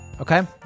Okay